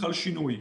חל שינוי.